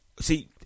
See